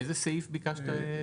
באיזה סעיף ביקשת?